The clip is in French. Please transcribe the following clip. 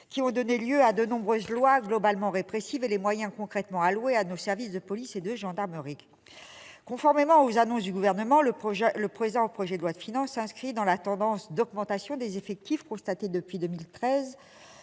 qui ont donné lieu à de nombreuses lois, globalement répressives, et les moyens concrètement alloués à nos services de police et de gendarmerie. Conformément aux annonces du Gouvernement, le présent projet de loi de finances s'inscrit dans la tendance d'augmentation des effectifs constatée depuis 2013,